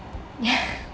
yeah